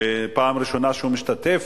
שזו היתה הפעם הראשונה שהוא משתתף,